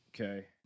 Okay